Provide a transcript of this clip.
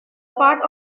part